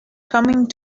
coming